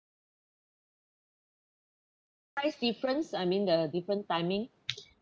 price difference I mean the different timing